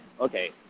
okay